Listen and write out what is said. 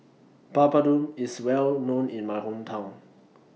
Papadum IS Well known in My Hometown